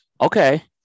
Okay